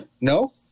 No